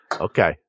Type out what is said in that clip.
Okay